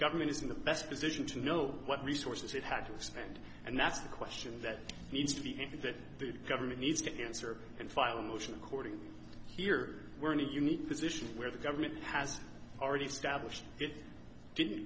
government is in the best position to know what resources it had to expend and that's the question that needs to be that the government needs to answer and file a motion according here we're in a unique position where the government has already established it didn't